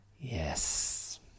Yes